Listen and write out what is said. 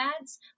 ads